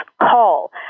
call